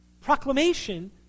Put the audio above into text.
proclamation